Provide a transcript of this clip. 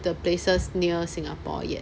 the places near singapore yet